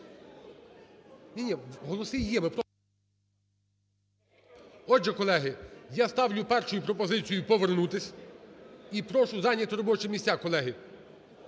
ні, голоси є, ми просто… Отже, колеги, я ставлю першою пропозицію повернутись. І прошу зайняти робочі місця. Отже,